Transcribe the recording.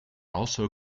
also